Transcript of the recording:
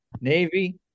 Navy